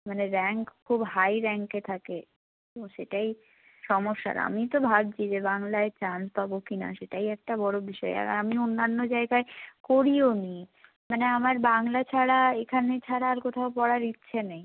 মানে র্যাঙ্ক খুব হাই র্যাঙ্কে থাকে তো সেটাই সমস্যার আমি তো ভাবছি যে বাংলায় চান্স পাবো কিনা সেটাই একটা বড়ো বিষয় আর আমি অন্যান্য জায়গায় করিও নি মানে আমার বাংলা ছাড়া এখানে ছাড়া আর কোথাও পড়ার ইচ্ছে নেই